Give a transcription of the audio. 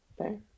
okay